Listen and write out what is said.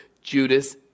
Judas